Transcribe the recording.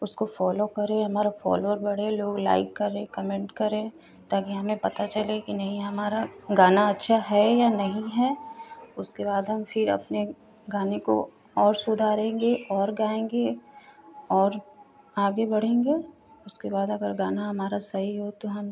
उसको फ़ॉलो करे हमारा फ़ॉलोवर बढ़े लोग लाइक करें कमेन्ट करें ताकि हमें पता चले कि नहीं हमारा गाना अच्छा है या नही है उसके बाद हम फिर अपने गाने को और सुधारेंगे और गाएंगे और आगे बढ़ेंगे उसके बाद अगर गाना हमारा सही हो तो हम